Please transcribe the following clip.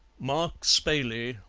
mark spayley,